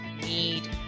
need